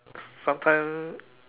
sometimes